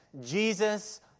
Jesus